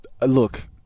Look